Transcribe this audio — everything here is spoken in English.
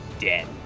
Dead